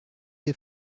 des